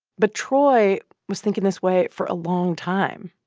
but troy was thinking this way for a long time.